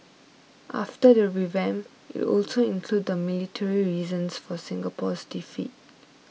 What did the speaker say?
after the revamp it will also include the military reasons for Singapore's defeat